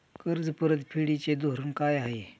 कर्ज परतफेडीचे धोरण काय आहे?